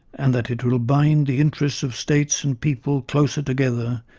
and that it will bind the interests of states and people closer together,